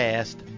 Past